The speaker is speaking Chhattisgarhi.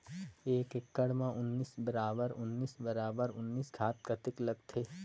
एक एकड़ मे उन्नीस बराबर उन्नीस बराबर उन्नीस खाद कतेक लगथे?